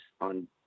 on